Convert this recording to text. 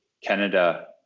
Canada